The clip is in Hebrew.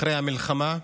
אחרי המלחמה,